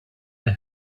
know